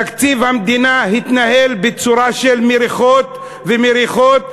תקציב המדינה התנהל בצורה של מריחות ומריחות,